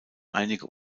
einige